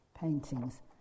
paintings